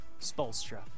Spolstra